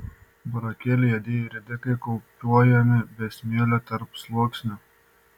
burokėliai juodieji ridikai kaupuojami be smėlio tarpsluoksnių